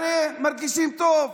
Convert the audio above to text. הרי מרגישים טוב.